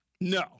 No